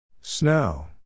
Snow